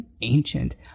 ancient